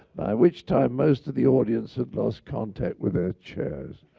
by which time most of the audience had lost contact with their chairs.